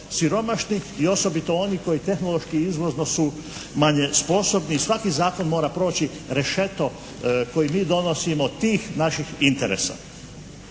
i osobito oni koji tehnološki izvozno su manje sposobni i svaki zakon mora proći rešeto koji mi donosimo tih naših interesa.